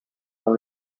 dans